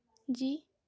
جی